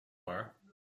far